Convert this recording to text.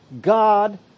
God